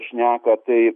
šneka tai